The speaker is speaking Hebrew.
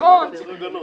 לא צריך הגנות.